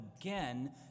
again